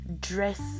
dress